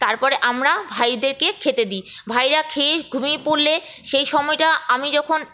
তারপরে আমরা ভাইদেরকে খেতে দিই ভাইরা খেয়ে ঘুমিয়ে পড়লে সেই সময়টা আমি যখন